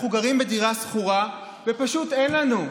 אנחנו גרים בדירה שכורה ופשוט אין לנו,